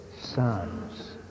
sons